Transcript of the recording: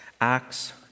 Acts